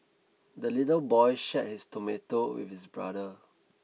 the little boy shared his tomato with his brother